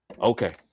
Okay